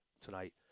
tonight